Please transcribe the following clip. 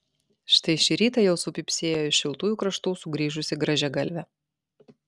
štai šį rytą jau supypsėjo iš šiltųjų kraštų sugrįžusi grąžiagalvė